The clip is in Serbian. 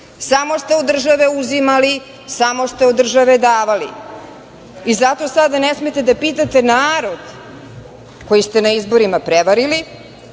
Samo ste od države uzimali, samo ste od države davali. I zato sada ne smete da pitate narod, koji ste na izborima prevarili,